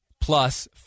plus